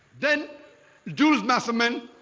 then jules massaman,